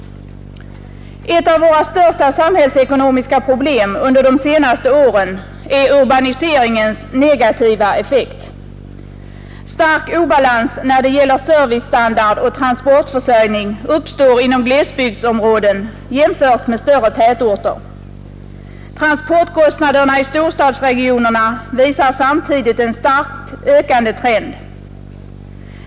Ett av våra största samhällsekonomiska problem under de senaste åren är urbaniseringens negativa effekt. Stark obalans när det gäller servicestandard och transportförsörjning uppstår inom glesbygdsområden, jämfört med större tätorter. Transportkostnaderna i storstadsregionerna visar samtidigt en starkt ökande trend.